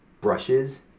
brushes